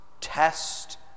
test